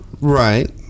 right